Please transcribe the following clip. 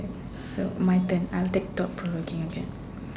so my turn I'll take thought provoking again